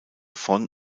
von